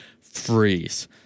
freeze